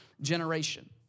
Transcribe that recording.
generation